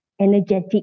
energetic